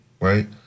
right